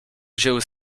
wzięły